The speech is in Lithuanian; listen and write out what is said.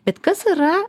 bet kas yra